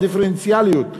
הדיפרנציאליות בגזירות,